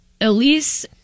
Elise